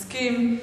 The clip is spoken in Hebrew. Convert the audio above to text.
מסכים.